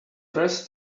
rest